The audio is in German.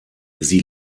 sie